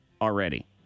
already